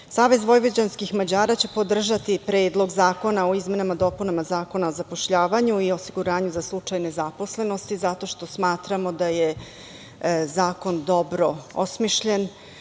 Srbije, SVM će podržati Predlog zakona o izmenama i dopunama Zakona o zapošljavanju i osiguranju za slučaj nezaposlenosti zato što smatramo da je zakon dobro osmišljen,